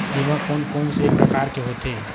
बीमा कोन कोन से प्रकार के होथे?